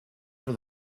for